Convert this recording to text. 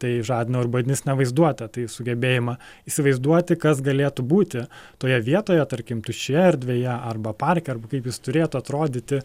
tai žadina urbanistinę vaizduotę tai sugebėjimą įsivaizduoti kas galėtų būti toje vietoje tarkim tuščioje erdvėje arba parke arba kaip jis turėtų atrodyti